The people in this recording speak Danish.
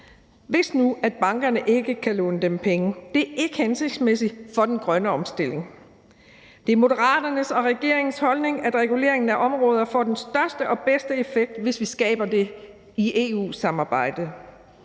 hvis nu at bankerne ikke kan låne dem penge. Det er ikke hensigtsmæssigt for den grønne omstilling. Det er Moderaternes og regeringens holdning, at reguleringen af området får den største og bedste effekt, hvis vi skaber det i EU-samarbejde.